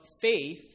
faith